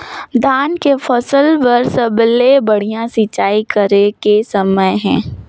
धान के फसल बार सबले बढ़िया सिंचाई करे के समय हे?